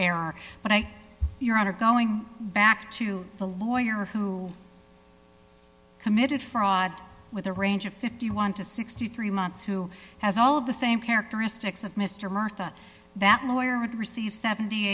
think your honor going back to the lawyer who committed fraud with a range of fifty one to sixty three months who has all of the same characteristics of mr murtha that lawyer would receive seventy